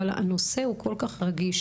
אבל הנושא הוא כל כך רגיש,